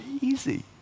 easy